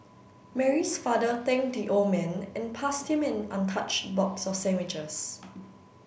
Mary's father thanked the old man and passed him an untouched box of sandwiches